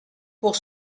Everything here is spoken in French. pour